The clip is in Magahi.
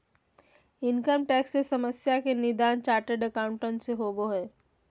इनकम टैक्स से समस्या के निदान चार्टेड एकाउंट से होबो हइ